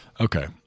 Okay